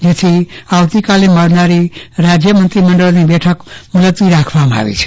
જેથી આવતી કાલે મળનારી રાજ્ય મંત્રીમંડળની બેઠક મુલતવી રાખવામાં આવી છે